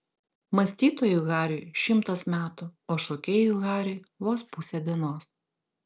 mąstytojui hariui šimtas metų o šokėjui hariui vos pusė dienos